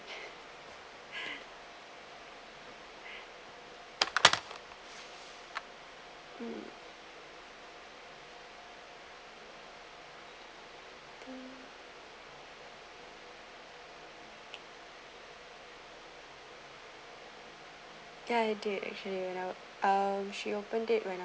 um ya I did actually when I wa~ um she open date when I